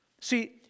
See